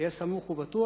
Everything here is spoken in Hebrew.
היה סמוך ובטוח,